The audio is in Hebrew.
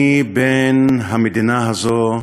אני בן המדינה הזאת,